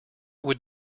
would